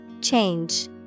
Change